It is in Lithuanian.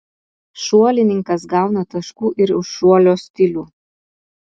šuolininkas gauna taškų ir už šuolio stilių